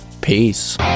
Peace